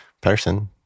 person